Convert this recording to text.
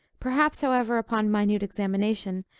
perhaps, however, upon minute examination,